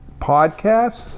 podcasts